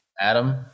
Adam